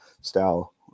style